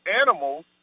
animals